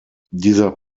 dieser